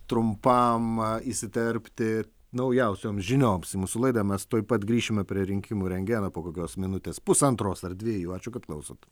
trumpam įsiterpti naujausiom žinioms į mūsų laidą mes tuoj pat grįšime prie rinkimų rentgeno po kokios minutės pusantros ar dviejų ačiū kad klausot